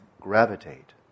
gravitate